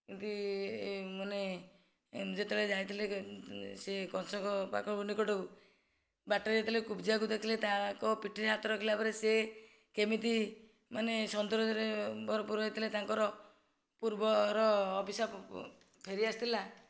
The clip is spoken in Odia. ଯେମିତି ମାନେ ଯେତେବେଳେ ଯାଇଥିଲେ ସେ କଂସଙ୍କ ପାଖକୁ ନିକଟକୁ ବାଟରେ ଯେତେବେଳେ କୁବଜାକୁ ଦେଖିଲେ ତାଙ୍କ ପିଠିରେ ହାତ ରଖିଲା ପରେ ସେ କେମିତି ମାନେ ସନ୍ତର୍ଜନୀ ଭରପୂର ହେଇଥିଲା ତାଙ୍କର ପୂର୍ବର ଅଭିଶାପ ଫେରି ଆସିଥିଲା